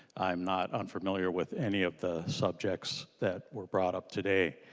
i' m not unfamiliar with any of the subjects that were brought up today.